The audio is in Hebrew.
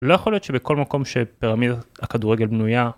לא יכול להיות שבכל מקום שפירמידת הכדורגל בנויה